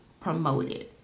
promoted